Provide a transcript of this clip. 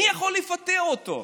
מי יכול לפטר אותו?